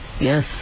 Yes